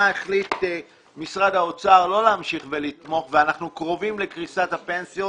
החליט משרד האוצר לא להמשיך ולתמוך ואנחנו קרובים לקריסת הפנסיות